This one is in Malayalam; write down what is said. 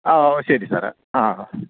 ആ ഓഹ് ശരി സാറെ ആ ആ